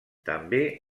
també